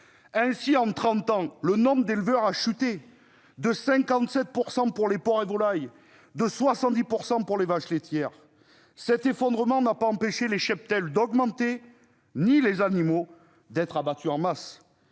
Ainsi, en trente ans, le nombre d'éleveurs a chuté de 57 % dans le secteur des porcs et volailles et de 70 % dans celui des vaches laitières. Cet effondrement n'a pas empêché les cheptels d'augmenter, ni les animaux d'être abattus en masse.